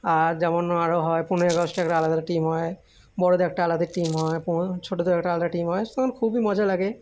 আর যেমন আরও হয় পনেরোই আগস্টে একটা আলাদা আলাদা টিম হয় বড়দের একটা আলাদা টিম হয় পুরো ছোটদের একটা আলাদা টিম হয় তখন খুবই মজা লাগে